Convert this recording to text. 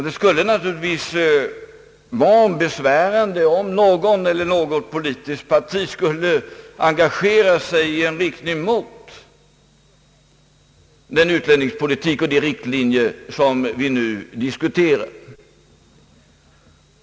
Det skulle naturligtvis vara besvärande om någon eller något politiskt parti skulle engagera sig mot den utlänningspolitik och de riktlinjer som vi nu diskuterar.